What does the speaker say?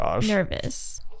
nervous